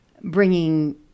bringing